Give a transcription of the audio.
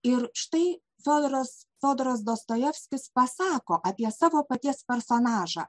ir štai fiodoras fiodoras dostojevskis pasako apie savo paties personažą